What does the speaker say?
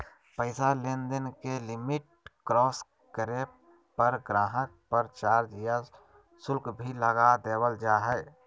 पैसा लेनदेन के लिमिट क्रास करे पर गाहक़ पर चार्ज या शुल्क भी लगा देवल जा हय